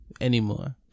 Anymore